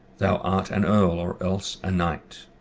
thou art an earl, or else a knight.